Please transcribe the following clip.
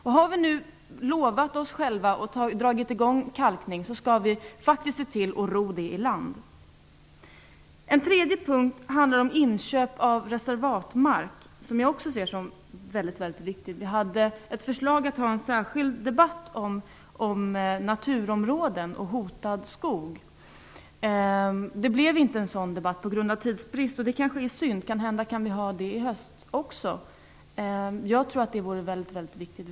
Om vi har dragit i gång arbetet med kalkningen skall vi se till att ro det i land. En tredje punkt gäller inköp av reservatmark. Det är också något mycket viktigt. Vi hade föreslagit att riksdagen skulle ordna en särskild debatt om naturområden och hotad skog. Någon sådan debatt blev det inte på grund av tidsbrist. Det är synd. Kanhända kan vi ha en sådan debatt i höst.